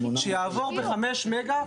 שיעבור ב-5 מגה.